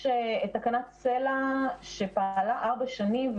יש תקנת סל"ע שפעלה ארבע שנים.